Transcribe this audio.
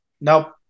Nope